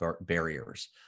barriers